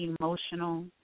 emotional